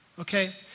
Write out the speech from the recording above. okay